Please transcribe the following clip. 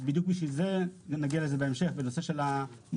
בדיוק בשביל זה, נגיע לזה בהמשך בנושא של המועדים.